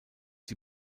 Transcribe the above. die